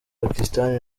pakistan